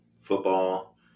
football